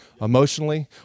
emotionally